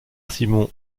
simon